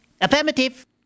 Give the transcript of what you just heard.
Affirmative